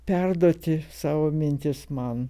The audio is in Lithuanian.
perduoti savo mintis man